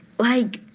like,